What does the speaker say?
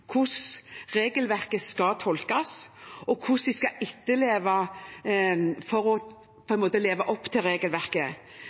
hvordan regelverket skal tolkes, og hvordan de skal etterleve regelverket. Mattilsynet vil også jobbe med å